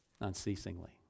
unceasingly